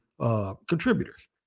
contributors